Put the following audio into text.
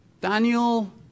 Daniel